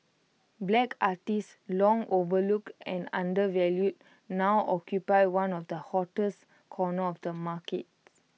black artists long overlooked and undervalued now occupy one of the hottest corners of the markets